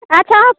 अच्छा